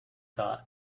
thought